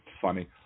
Funny